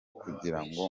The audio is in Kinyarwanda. kugirango